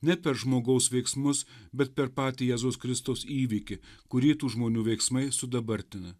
ne per žmogaus veiksmus bet per patį jėzaus kristaus įvykį kurį tų žmonių veiksmai sudabartina